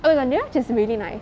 oh but devach is really nice